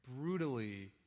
brutally